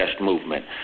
movement